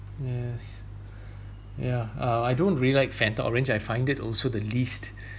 yes yeah uh I don't really like fanta orange I find it also the least